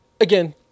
Again